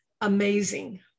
amazing